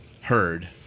heard